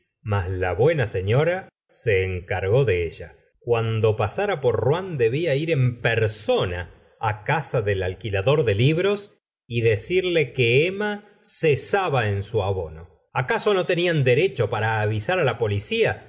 más la buena señera se encargó de ella cuando pasara por rouen debla ir en persona casa del alquilador de libros y decirle que emma cesaba en su abono acaso no tenían derecho para avisar la policía